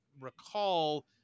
recall